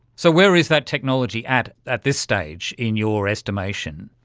so where is that technology at, at this stage, in your estimation?